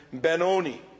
Benoni